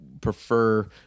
prefer